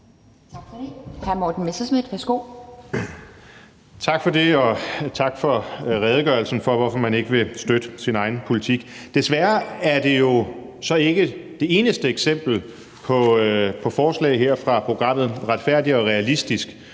Tak for det, og tak for redegørelsen for, hvorfor man ikke vil støtte sin egen politik. Desværre er det jo så ikke det eneste eksempel på forslag her fra programmet »Retfærdig og realistisk«,